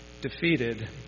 defeated